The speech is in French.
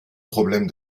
problème